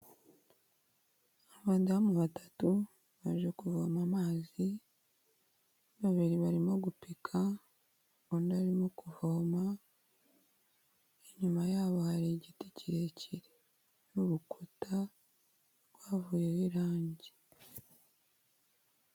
Abadamu batatu baje kuvoma amazi; babiri barimo gupika undi arimo kuvoma. Inyuma yabo hari igiti kirekire n'urukuta rwavuyeho irangi.